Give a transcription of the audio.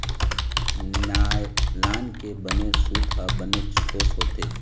nylon के बने सूत ह बनेच ठोस होथे